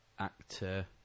Actor